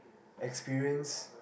experience